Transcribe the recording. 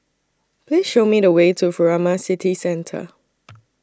Please Show Me The Way to Furama City Centre